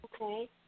Okay